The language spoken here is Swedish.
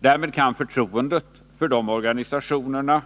Därmed kan förtroendet för de organisationerna